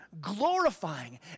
glorifying